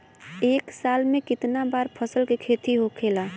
एक साल में कितना बार फसल के खेती होखेला?